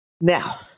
Now